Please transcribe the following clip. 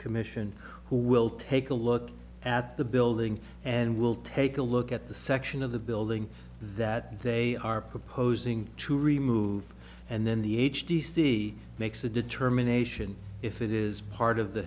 commission who will take a look at the building and will take a look at the section of the building that they are proposing to remove and then the h d c makes a determination if it is part of the